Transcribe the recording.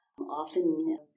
Often